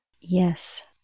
Yes